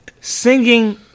Singing